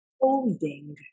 holding